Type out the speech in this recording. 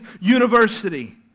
university